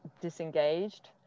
disengaged